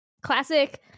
classic